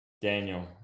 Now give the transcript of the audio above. Daniel